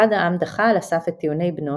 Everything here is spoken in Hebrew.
אחד העם דחה על הסף את טיעוני בנו,